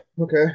okay